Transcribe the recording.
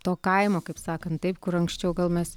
to kaimo kaip sakant taip kur anksčiau gal mes